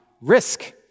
risk